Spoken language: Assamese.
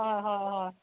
অঁ হয় হয়